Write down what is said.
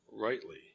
rightly